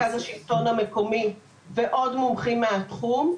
מרכז השלטון המקומי ועוד מומחים מהתחום,